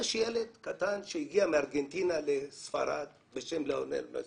ילד קטן שהגיע מארגנטינה לספרד בשם מסי,